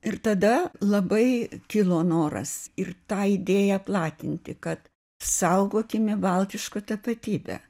ir tada labai kilo noras ir tą idėją platinti kad saugokime baltišką tapatybę